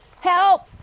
Help